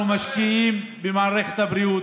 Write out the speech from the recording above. אנחנו משקיעים במערכת הבריאות,